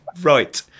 Right